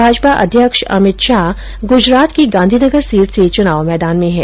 भाजपा अध्यक्ष अमित शाह ग्रजरात की गांधीनगर सीट से चुनाव मैदान में है